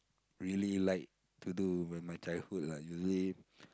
really like to do when my childhood are usually